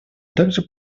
также